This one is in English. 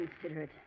Considerate